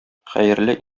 хәерле